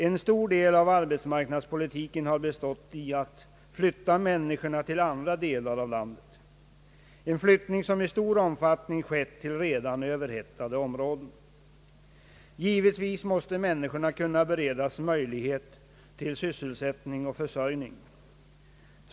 En stor del av arbetsmarknadspolitiken har bestått i att flytta människorna till andra delar av landet — en flyttning som i stor omfattning skett till redan överhettade områden. Givetvis måste möjlighet till sysselsättning och försörjning kunna beredas människorna.